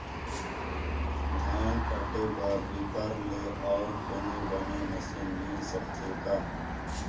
धान काटे बर रीपर ले अउ कोनो बने मशीन मिल सकथे का?